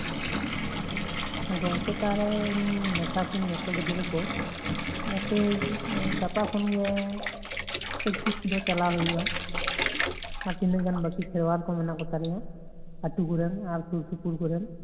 ᱜᱚᱢᱠᱮ ᱛᱟᱦᱚᱞᱮ ᱤᱧ ᱢᱮᱛᱟ ᱠᱚᱣᱟᱹᱧ ᱡᱚᱛᱚ ᱜᱤᱫᱽᱨᱟ ᱠᱚ ᱱᱟᱛᱮ ᱜᱟᱯᱟ ᱠᱷᱚᱱᱜᱮ ᱯᱨᱮᱠᱴᱤᱥ ᱫᱚ ᱪᱟᱞᱟᱣ ᱦᱩᱭᱩᱜ ᱟ ᱟᱨ ᱛᱤᱱᱟ ᱜ ᱜᱟᱱ ᱵᱟ ᱠᱤ ᱠᱷᱮᱞᱣᱟᱲ ᱠᱚ ᱢᱮᱱᱟᱜ ᱠᱚ ᱛᱟᱞᱮᱭᱟ ᱟᱛᱳ ᱠᱚᱨᱮᱱ ᱟᱨ ᱠᱤᱪᱷᱩ ᱥᱩᱨ ᱥᱩᱯᱩᱨ ᱠᱚᱨᱮᱱ